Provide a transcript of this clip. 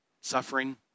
suffering